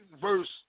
verse